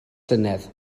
llynedd